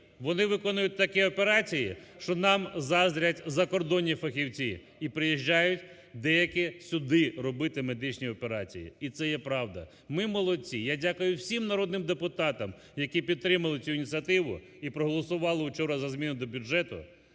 Вони виконують такі операції, що нам заздрять закордонні фахівці і приїжджають деякі сюди робити медичні операції. І це є правда. Ми молодці. Я дякую всім народним депутатам, які підтримали цю ініціативу і проголосували вчора за зміну до бюджету.